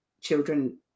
children